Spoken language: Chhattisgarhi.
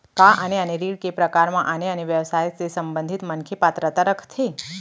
का आने आने ऋण के प्रकार म आने आने व्यवसाय से संबंधित मनखे पात्रता रखथे?